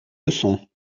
leçons